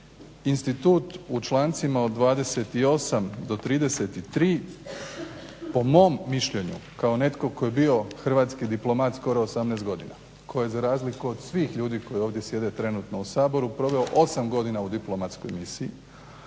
institut u člancima od 28.-33. Po mom mišljenju, kao netko tko je bio hrvatski diplomat skoro 18 godina, tko je za razliku od svih ljudi koji ovdje sjede trenutno u Saboru, proveo 8 godina u diplomatskoj misiji,